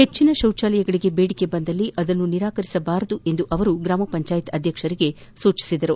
ಹೆಚ್ಚಿನ ಶೌಚಾಲಯಗಳಗೆ ದೇಡಿಕೆ ಬಂದಲ್ಲಿ ಅದನ್ನು ನಿರಾಕರಿಸಬಾರದು ಎಂದು ಅವರು ಗ್ರಾಮ ಪಂಚಾಯತ್ ಅಧ್ಯಕ್ಷರಿಗೆ ಸೂಚಿಸಿದರು